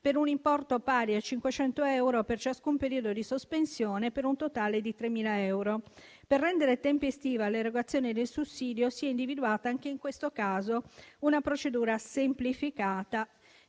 per un importo pari a 500 euro per ciascun periodo di sospensione per un totale di 3.000 euro. Per rendere tempestiva l'erogazione del sussidio si è individuata anche in questo caso una procedura semplificata